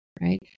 Right